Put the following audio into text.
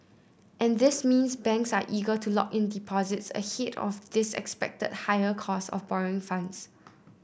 and these means banks are eager to lock in deposits ahead of this expected higher cost of borrowing funds